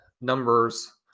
numbers